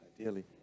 Ideally